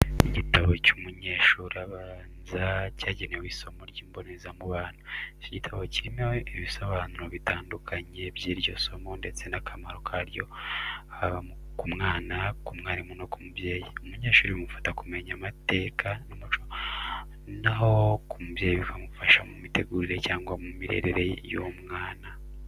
Igitabo cyo mu mashuri abanza cyagenewe isomo ry'imboneza mubano. Icyo gitabo kirimo ibisobanuro bitandukanye by'iryo somo ndetse n'akamaro karyo haba ku mwana, ku mwarimu no ku mubyeyi. Umunyeshuri bimufasha kumenya amateka n'umuco, naho ku mubyeyi bikamufasha mu mitegurire cyangwa mu mirerere y'umwana.